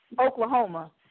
Oklahoma